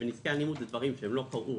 "נזקי אלימות" זה דברים שלא קרו